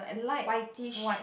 whitish